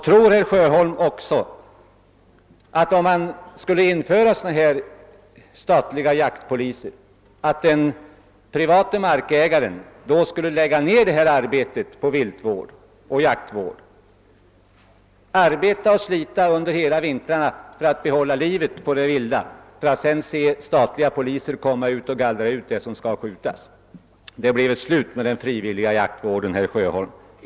Tror herr Sjöholm att den privata markägaren, om man skulle införa sådana här statliga jaktvårdspoliser, skulle ägna så mycket arbete åt viltvård och jaktvård, skulle arbeta och slita under hela vintern för att bevara livet på det vilda bara för att sedan få se statliga poliser komma och gallra ut det som skulle skjutas? Det bleve slut med den frivilliga jaktvården, herr Sjöholm.